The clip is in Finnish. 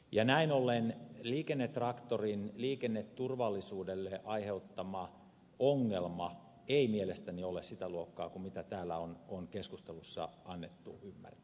ja näin ollen liikennetraktorin liikenneturvallisuudelle aiheuttama ongelma ei mielestäni ole sitä luokkaa kuin mitä täällä on keskustelussa annettu ymmärtää